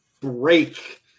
break